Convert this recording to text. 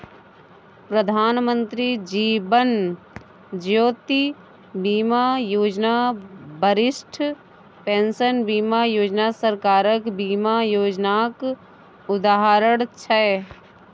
प्रधानमंत्री जीबन ज्योती बीमा योजना, बरिष्ठ पेंशन बीमा योजना सरकारक बीमा योजनाक उदाहरण छै